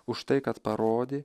už tai kad parodė